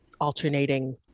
alternating